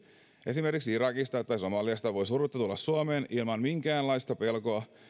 esimerkiksi irakista tai somaliasta voi surutta tulla suomeen ilman minkäänlaista pelkoa